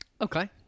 Okay